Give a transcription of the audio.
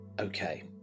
Okay